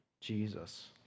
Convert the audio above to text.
Jesus